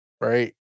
right